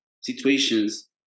situations